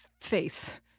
face